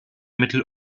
mittel